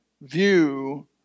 view